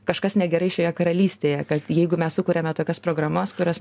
kažkas negerai šioje karalystėje kad jeigu mes sukuriame tokias programas kurias